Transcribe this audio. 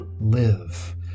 live